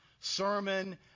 Sermon